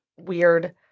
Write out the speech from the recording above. weird